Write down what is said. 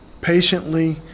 Patiently